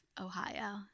Ohio